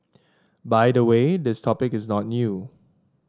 by the way this topic is not new